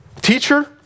teacher